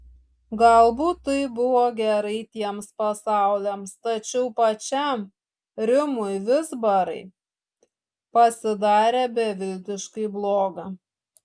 galbūt tai buvo gerai tiems pasauliams tačiau pačiam rimui vizbarai pasidarė beviltiškai bloga